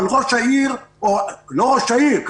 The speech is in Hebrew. אבל אנשי העירייה ביחד עם ראש העירייה,